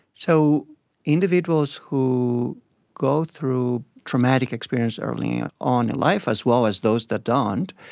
so individuals who go through traumatic experience early on in life, as well as those that don't,